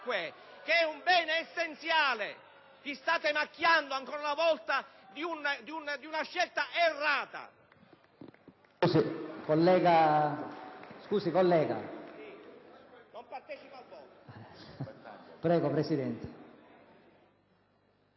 che sono un bene essenziale! Vi state macchiando ancora una volta di una scelta errata!